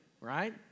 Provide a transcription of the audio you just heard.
Right